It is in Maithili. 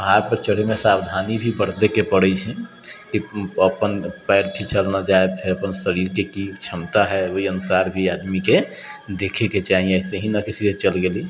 पहाड़ पर चढ़ैमे सावधानी भी बरतैके पड़ै छै कि अपन पैर खींचल नहि जाइ अपन शरीरके कि क्षमता है ओहि अनुसार भी आदमीके देखैके चाही ऐसे हि न कि सीधे चल गेलि